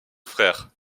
frère